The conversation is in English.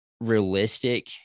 realistic